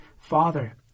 father